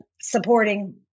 supporting